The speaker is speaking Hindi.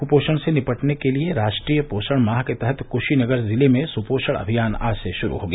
कुपोषण से निपटने के लिए राष्ट्रीय पोषण माह के तहत कुशीनगर जिले में सुपोषण अभियान आज से शुरू हो गया